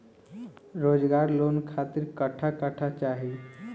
रोजगार लोन खातिर कट्ठा कट्ठा चाहीं?